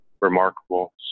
remarkable